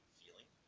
feeling